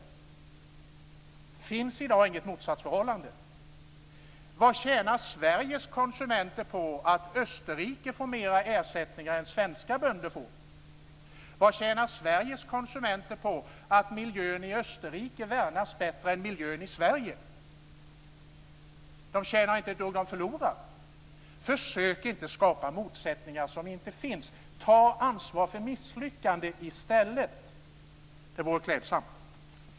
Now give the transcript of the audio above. Det finns i dag inget motsatsförhållande. Vad tjänar Sveriges konsumenter på att österrikarna får mer ersättningar än vad svenska bönder får? Vad tjänar Sveriges konsumenter på att miljön i Österrike värnas bättre än miljön i Sverige? De tjänar inte ett dugg. De förlorar. Försök inte skapa motsättningar som inte finns. Ta ansvar för misslyckandet i stället. Det vore klädsamt.